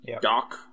Doc